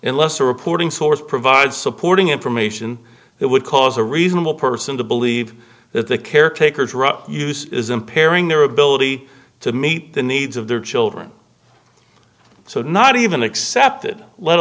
a reporting source provides supporting information that would cause a reasonable person to believe that the caretaker drug use is impairing their ability to meet the needs of their children so not even accepted let